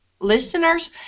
listeners